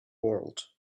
world